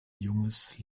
junges